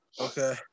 Okay